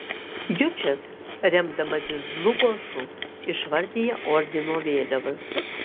jučas remdamasis dlugošu išvardija ordino vėliavas